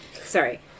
Sorry